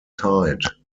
tide